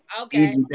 Okay